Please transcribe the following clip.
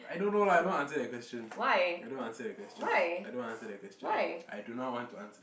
I don't know lah I don't want answer that question I don't want answer that question I don't want answer that question I do not want to answer